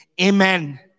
Amen